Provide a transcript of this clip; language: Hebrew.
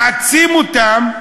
נעצים אותם,